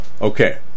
Okay